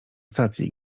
stacji